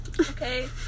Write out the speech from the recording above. Okay